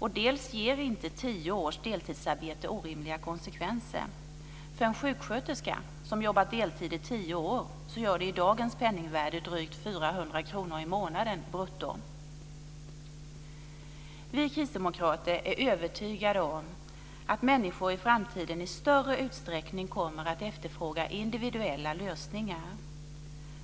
Dessutom ger inte tio års deltidsarbete orimliga konsekvenser. För en sjuksköterska som jobbat deltid i tio år gör det i dagens penningvärde drygt 400 kr i månaden brutto. Vi kristdemokrater är övertygade om att människor i framtiden i större utsträckning kommer att efterfråga individuella lösningar.